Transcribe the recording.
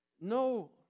no